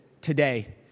Today